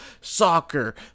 soccer